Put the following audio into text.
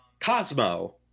cosmo